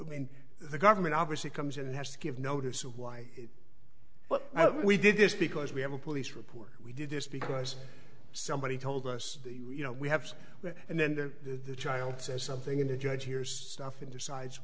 en the government obviously comes in and has to give notice of why we did this because we have a police report we did this because somebody told us you know we have and then the child says something a judge hears stuff and decides